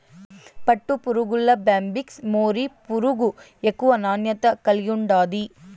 పట్టుపురుగుల్ల Bombyx mori పురుగు ఎక్కువ నాణ్యత కలిగుండాది